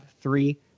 three